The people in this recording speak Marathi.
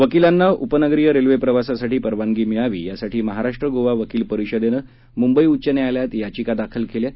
वकीलांना उपनगरीय रेल्वे प्रवासासाठी परवानगी मिळावी यासाठी महाराष्ट्र गोवा वकील परिषदेनं मुंबई उच्च न्यायालयात याचिका दाखल केली आहे